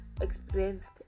experienced